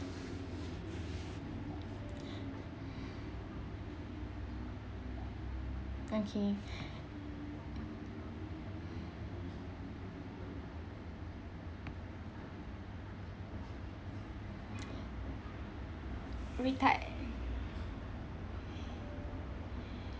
okay